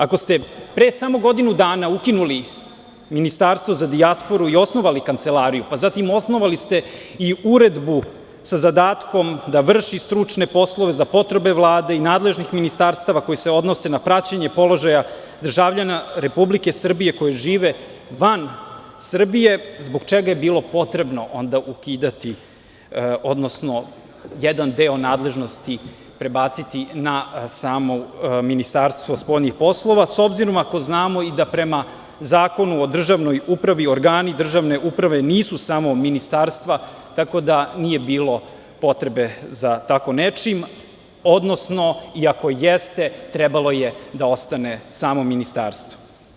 Ako ste pre samo godinu dana ukinuli Ministarstvo za dijasporu i osnovali kancelariju, pa zatim osnovali ste i uredbu sa zadatkom da vrši stručne poslove za potrebe Vlade i nadležnih ministarstava koji se odnose na praćenje položaja državljana Republike Srbije, koji žive van Srbije, zbog čega je bilo potrebno ukidati, odnosno jedan deo nadležnosti prebaciti na samo Ministarstvo spoljnih poslova, s obzirom ako znamo da i prema Zakonu o državnoj upravi, organi državne uprave nisu samo ministarstva, tako da nije bilo potrebe za tako nečim, odnosno i ako jeste trebalo je da ostane samo ministarstvo.